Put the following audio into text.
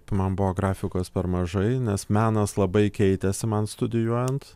man buvo grafikos per mažai nes menas labai keitėsi man studijuojant